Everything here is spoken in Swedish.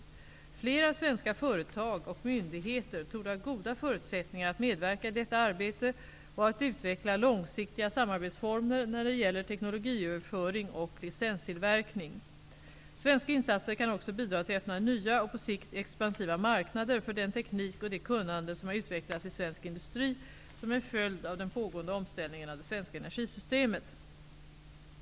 Flera svenska företag och myndigheter torde ha goda förutsättningar att medverka i detta arbete och att utveckla långsiktiga samarbetsformer när det gäller teknologiöverföring och licenstillverkning. Svenska insatser kan också bidra till att öppna nya och på sikt expansiva marknader för den teknik och det kunnande som har utvecklats i svensk industri som en följd av den pågående omställningen av det svenska energisystemet.